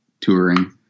touring